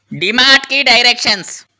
డిమార్ట్కి directions